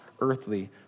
earthly